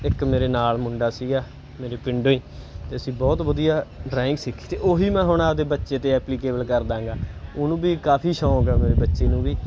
ਇੱਕ ਮੇਰੇ ਨਾਲ ਮੁੰਡਾ ਸੀਗਾ ਮੇਰੇ ਪਿੰਡੋਂ ਹੀ ਅਤੇ ਅਸੀਂ ਬਹੁਤ ਵਧੀਆ ਡਰਾਇੰਗ ਸਿੱਖੀ ਅਤੇ ਉਹੀ ਮੈਂ ਹੁਣ ਆਪਦੇ ਬੱਚੇ 'ਤੇ ਐਪਲੀਕੇਬਲ ਕਰਦਾ ਹੈਗਾ ਉਹਨੂੰ ਵੀ ਕਾਫੀ ਸ਼ੌਕ ਆ ਮੇਰੇ ਬੱਚੇ ਨੂੰ ਵੀ